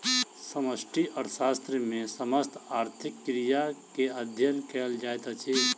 समष्टि अर्थशास्त्र मे समस्त आर्थिक क्रिया के अध्ययन कयल जाइत अछि